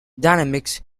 dynamics